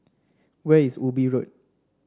where is Ubi Road